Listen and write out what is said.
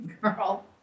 girl